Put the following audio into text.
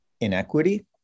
inequity